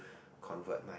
convert my